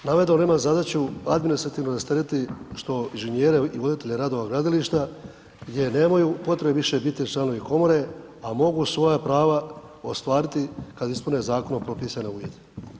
Navedeno ima zadaću administrativno rasteretiti što inženjere i voditelje radova gradilišta jer nemaju potrebe više biti članovi komore, a mogu svoja prava ostvariti kad ispune Zakon o propisanim uvjetima.